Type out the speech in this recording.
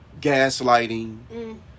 gaslighting